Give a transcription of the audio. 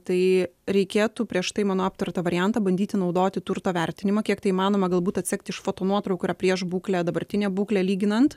tai reikėtų prieš tai mano aptartą variantą bandyti naudoti turto vertinimą kiek tai įmanoma galbūt atsekti iš fotonuotraukų yra prieš būklę dabartinę būklę lyginant